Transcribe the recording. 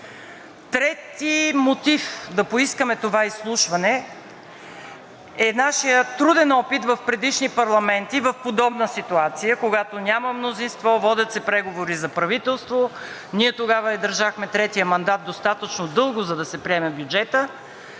Трети мотив да поискаме това изслушване е нашият труден опит в предишни парламенти в подобна ситуация, когато няма мнозинство, водят се преговори за правителство, ние тогава не държахме мандат достатъчно дълго, за да се приеме бюджетът.